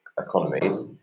economies